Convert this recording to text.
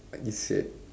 like you said